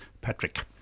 Patrick